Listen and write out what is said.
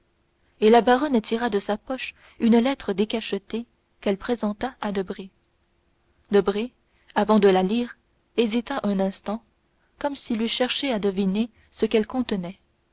et la baronne tira de sa poche une lettre décachetée qu'elle présenta à debray debray avant de la lire hésita un instant comme s'il eût cherché à deviner ce qu'elle contenait